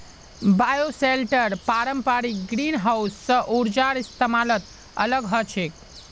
bioshelter पारंपरिक greenhouse स ऊर्जार इस्तमालत अलग ह छेक